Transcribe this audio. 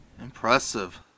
Impressive